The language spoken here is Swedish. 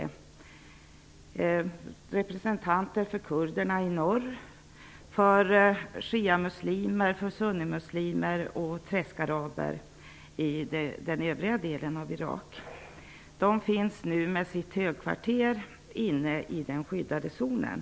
Det var representanter för kurderna i norr, för shiamuslimer och andra muslimer samt för träskaraber i den övriga delen av Irak. Deras högkvarter ligger nu inne i den skyddade zonen.